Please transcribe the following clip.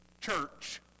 church